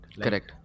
Correct